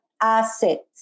asset